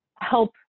help